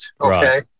Okay